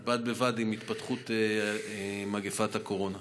בד בבד עם התפתחות מגפת הקורונה.